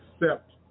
accept